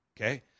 okay